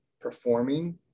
performing